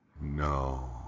No